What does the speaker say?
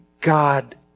God